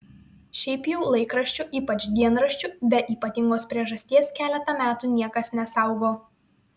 šiaip jau laikraščių ypač dienraščių be ypatingos priežasties keletą metų niekas nesaugo